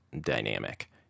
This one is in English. dynamic